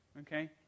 Okay